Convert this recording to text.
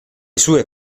sue